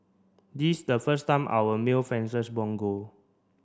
this the first time our male fencers won gold